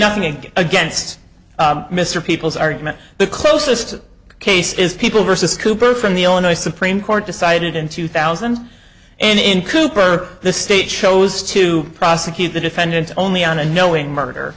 nothing against mr people's argument the closest case is people versus cooper from the only supreme court decided in two thousand and in cooper the state chose to prosecute the defendant only on a knowing murder